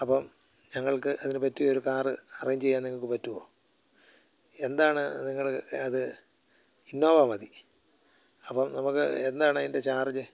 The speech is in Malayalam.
അപ്പം ഞങ്ങൾക്ക് അതിനു പറ്റിയ ഒരു കാറ് അറേഞ്ച് ചെയ്യാൻ നിങ്ങൾക്ക് പറ്റുമോ എന്താണ് നിങ്ങൾ അത് ഇന്നോവ മതി അപ്പം നമുക്ക് എന്താണ് അതിൻ്റെ ചാർജ്